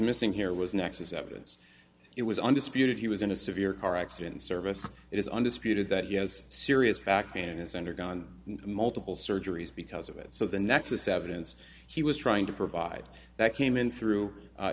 missing here was nexus evidence it was undisputed he was in a severe car accident service it is undisputed that he has serious fact and has undergone multiple surgeries because of it so the nexus evidence he was trying to provide that came in through